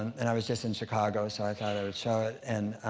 and i was just in chicago, so i thought i would show it. and